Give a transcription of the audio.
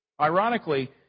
Ironically